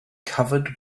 covered